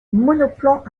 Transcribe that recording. monoplan